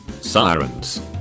Sirens